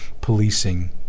policing